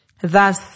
Thus